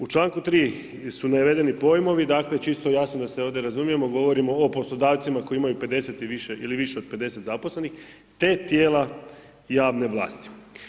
U članku 3. su navedeni pojmovi, dakle čisto jasno da se ovdje razumijemo, govorimo o poslodavcima koji imaju 50 i više, ili više od 50 zaposlenih te tijela javne vlasti.